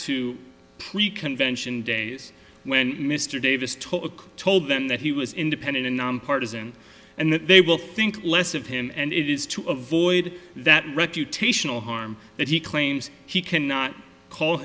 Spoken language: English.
to pre convention days when mr davis talk told them that he was independent and nonpartizan and that they will think less of him and it is to avoid that reputational harm that he claims he cannot call